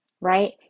right